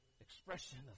expression